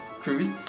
cruise